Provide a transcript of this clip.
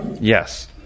Yes